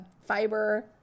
fiber